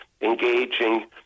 engaging